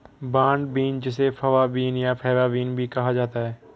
broad bean जिसे fava bean या faba bean भी कहा जाता है